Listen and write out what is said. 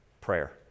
Prayer